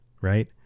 right